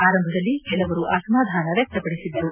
ಆರಂಭದಲ್ಲಿ ಕೆಲವರು ಅಸಮಾಧಾನ ವ್ಯಕ್ತಪಡಿಸಿದ್ದರು